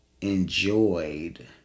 enjoyed